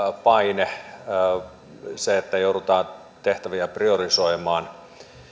paine että joudutaan tehtäviä priorisoimaan